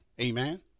Amen